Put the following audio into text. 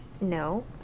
No